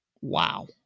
wow